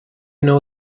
know